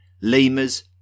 lemurs